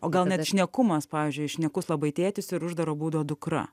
o gal net šnekumas pavyzdžiui šnekus labai tėtis ir uždaro būdo dukra